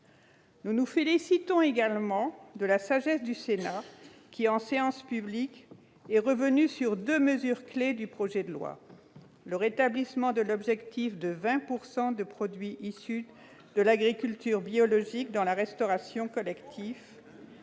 Nous nous félicitons également de la sagesse du Sénat, qui, en séance publique, a finalement adopté deux mesures clés du projet de loi : le rétablissement de l'objectif de 20 % de produits issus de l'agriculture biologique dans la restauration collective